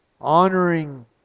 Honoring